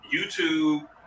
YouTube